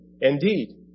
indeed